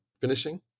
finishing